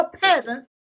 peasants